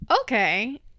Okay